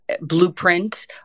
blueprint